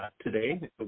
today